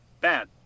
bad